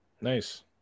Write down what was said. Nice